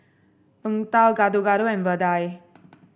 Png Tao Gado Gado and vadai